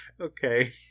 Okay